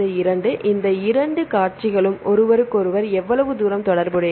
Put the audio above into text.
எனவே இந்த இரண்டு காட்சிகளும் ஒருவருக்கொருவர் எவ்வளவு தூரம் தொடர்புடையவை